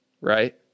right